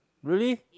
really